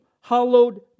Hallowed